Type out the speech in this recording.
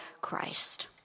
Christ